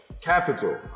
capital